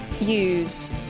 use